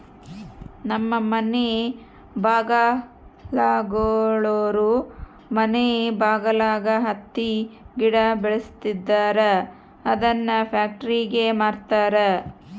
ನಮ್ಮ ಮನೆ ಬಗಲಾಗುಳೋರು ಮನೆ ಬಗಲಾಗ ಹತ್ತಿ ಗಿಡ ಬೆಳುಸ್ತದರ ಅದುನ್ನ ಪ್ಯಾಕ್ಟರಿಗೆ ಮಾರ್ತಾರ